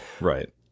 Right